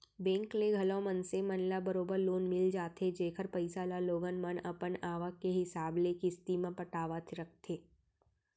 bank ले घलौ मनसे मन ल बरोबर लोन मिल जाथे जेकर पइसा ल लोगन मन अपन आवक के हिसाब ले किस्ती म पटावत रथें